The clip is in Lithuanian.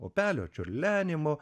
upelio čiurlenimo